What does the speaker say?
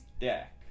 deck